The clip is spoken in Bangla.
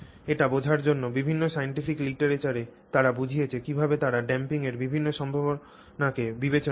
এটি বোঝার জন্য বিভিন্ন scientific literature এ তারা বুঝিয়েছে কীভাবে তারা ড্যাম্পিং এর বিভিন্ন সম্ভাবনা বিবেচনা করে